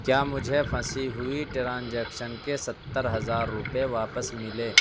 کیا مجھے پھنسی ہوئی ٹرانزیکشن کے ستر ہزار روپے واپس ملے